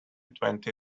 twenty